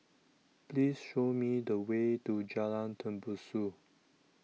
Please Show Me The Way to Jalan Tembusu